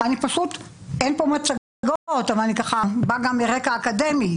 אין כאן מצגות אבל אני באה מרקע אקדמי